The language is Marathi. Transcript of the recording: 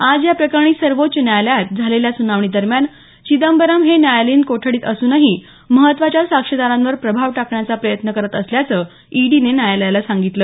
आज या प्रकरणी सर्वोच्च न्यायालयात झालेल्या सुनावणीदरम्यान चिदंबरम हे न्यायालयीन कोठडीत असूनही महत्त्वाच्या साक्षीदारांवर प्रभाव टाकण्याचा प्रयत्न करत असल्याचं ईडीने न्यायालयाला सांगितलं